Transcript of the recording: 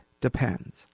depends